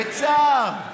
בצער,